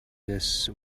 this